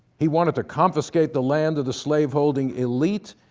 he wanted to confiscate the land of the slaveholding elite.